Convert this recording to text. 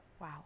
wow